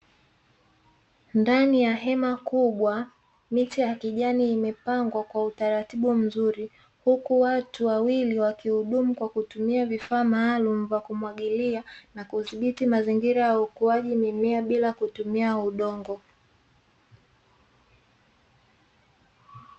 Ndani ya hema kubwa miche ya kijani imepangwa kwa utaratibu mzuri, huku watu wawili wakihudumu kwa kutumia vifaa maalumu vya kumwagilia na kudhibiti mazingira ya ukuaji mimea, bila kutumia udongo.